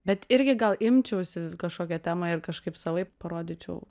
bet irgi gal imčiausi kažkokią temą ir kažkaip savaip parodyčiau